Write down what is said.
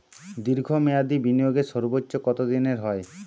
দীর্ঘ মেয়াদি বিনিয়োগের সর্বোচ্চ কত দিনের হয়?